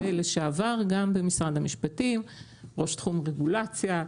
ולשעבר גם במשרד המשפטים ראש תחום רגולציה,